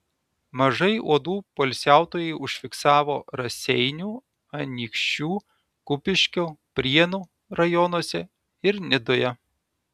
mažai uodų poilsiautojai užfiksavo raseinių anykščių kupiškio prienų rajonuose ir nidoje